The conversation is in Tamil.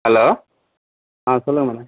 ஹலோ ஆ சொல்லுங்க மேடம்